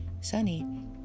Sunny